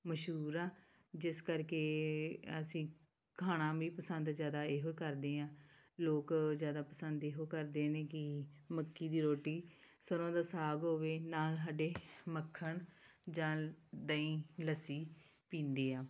ਮਸ਼ਹੂਰ ਆ ਜਿਸ ਕਰਕੇ ਅਸੀਂ ਖਾਣਾ ਵੀ ਪਸੰਦ ਜ਼ਿਆਦਾ ਇਹੋ ਕਰਦੇ ਹਾਂ ਲੋਕ ਜ਼ਿਆਦਾ ਪਸੰਦ ਇਹੋ ਕਰਦੇ ਨੇ ਕਿ ਮੱਕੀ ਦੀ ਰੋਟੀ ਸਰੋਂ ਦਾ ਸਾਗ ਹੋਵੇ ਨਾਲ ਸਾਡੇ ਮੱਖਣ ਜਾਂ ਦਹੀਂ ਲੱਸੀ ਪੀਂਦੇ ਹਾਂ